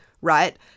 right